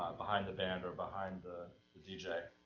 ah behind the band or behind the, the the